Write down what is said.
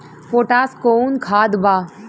Potash कोउन खाद बा?